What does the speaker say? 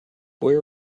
where